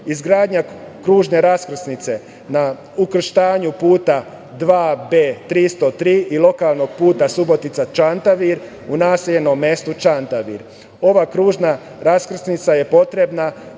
izgradnja kružne raskrsnice na ukrštanju puta 2B303 i lokalnog puta Subotica - Čantavir u naseljenom mestu Čantavir. Ova kružna raskrsnica je potrebna